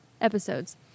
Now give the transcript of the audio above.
episodes